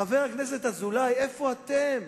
חבר הכנסת אזולאי, איפה אתם?